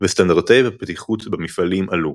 וסטנדרטי הבטיחות במפעלים עלו.